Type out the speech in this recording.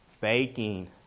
baking